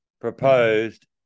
proposed